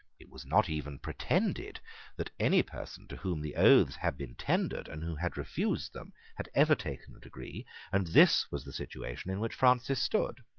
it was not even pretended that any person to whom the oaths had been tendered and who had refused them had ever taken a degree and this was the situation in which francis stood.